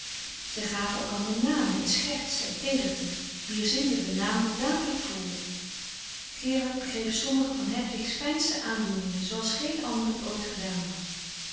zij gaven elkander namen in scherts en teederte wier zin de benaamde dadelijk voelde gerard begreep sommige van hedwigs fijnste aandoeningen zooals geen ander het ooit gedaan had